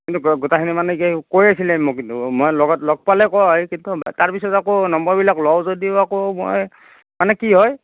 গোটেইখিনি মানে কি কৈ আছিলে মোক কিন্তু মই লগত লগ পালে কয় কিন্তু তাৰ পিছত আকৌ নম্বৰবিলাক লওঁ যদিও আকৌ মই মানে কি হয়